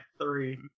three